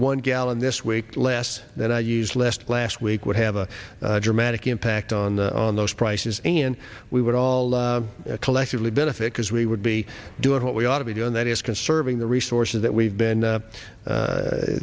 one gallon this week less than i use last last week would have a dramatic impact on the on those prices and we would all collectively benefit because we would be doing what we ought to be doing that is conserving the resources that we've been